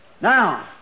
Now